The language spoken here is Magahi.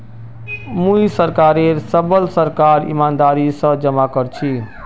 मुई सरकारेर सबल करक ईमानदारी स जमा कर छी